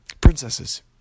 Princesses